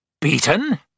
Beaten